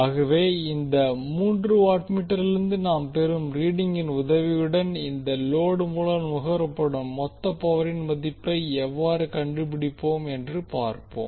ஆகவே இந்த மூன்று வாட்மீட்டரிலிருந்து நாம் பெறும் ரீடிங்கின் உதவியுடன் இந்த லோடு மூலம் நுகரப்படும் மொத்த பவரின் மதிப்பை எவ்வாறு கண்டுபிடிப்போம் என்று பார்ப்போம்